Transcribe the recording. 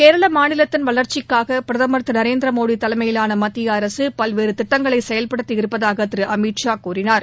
கேரள மாநிலத்தின் வளர்ச்சிக்காக பிரதமர் திரு நரேந்திர மோடி தலைமையிலான மத்திய அரசு பல்வேறு திட்டங்களை செயல்படுத்தி இருப்பதாக திரு அமித் ஷா கூறினார்